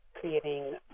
creating